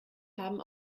haben